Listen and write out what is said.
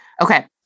Okay